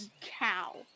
Cow